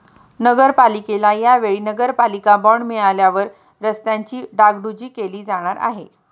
नगरपालिकेला या वेळी नगरपालिका बॉंड मिळाल्यावर रस्त्यांची डागडुजी केली जाणार आहे